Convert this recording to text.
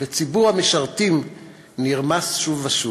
וציבור המשרתים נרמס שוב ושוב.